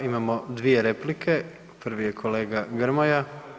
Imamo dvije replike, prvi je kolega Grmoja.